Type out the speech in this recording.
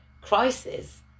crisis